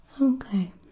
Okay